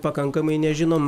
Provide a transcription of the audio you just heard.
pakankamai nežinom